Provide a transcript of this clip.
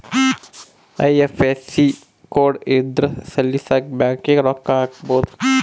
IFSC code ಇದ್ರ ಸಲೀಸಾಗಿ ಬ್ಯಾಂಕಿಗೆ ರೊಕ್ಕ ಹಾಕ್ಬೊದು